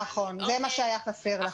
נכון, זה מה שהיה חסר לך.